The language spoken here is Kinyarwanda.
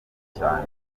cyane